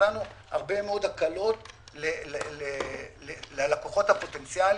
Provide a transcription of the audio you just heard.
נתנו הרבה מאוד הקלות ללקוחות הפוטנציאליים,